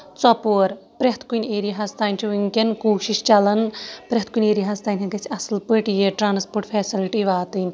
ژۄپور پرٮ۪تھ کُنہِ ایریاہس تانۍ چھِ وٕنکیٚن کوٗشش چلان پرٮ۪تھ کُنہِ ایریاہس تانۍ گژھِ اصل پٲٹھۍ ٹرانسپوٹ فیسلٹی واتٕنۍ